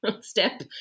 step